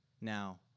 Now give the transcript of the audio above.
now